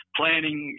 planning